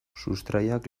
sustraiak